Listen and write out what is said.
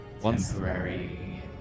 Temporary